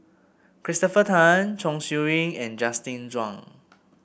Christopher Tan Chong Siew Ying and Justin Zhuang